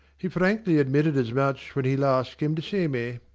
he frankly admitted as much when he last came to see me.